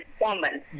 woman